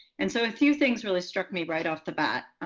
and so, a few things really struck me right off the bat.